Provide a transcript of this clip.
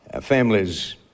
families